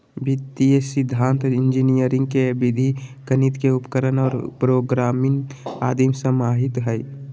वित्तीय सिद्धान्त इंजीनियरी के विधि गणित के उपकरण और प्रोग्रामिंग आदि समाहित हइ